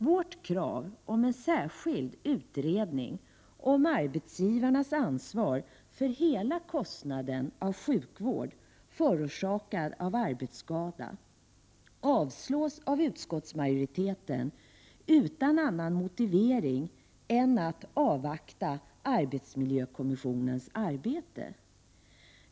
Vårt krav på en särskild utredning om arbetsgivarnas ansvar för hela kostnaden för sjukvård, förorsakad av arbetsskada, avstyrktes av utskottsmajoriteten utan någon annan motivering än den att man bör avvakta slutförandet av arbetsmiljökommissionens arbete.